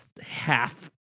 half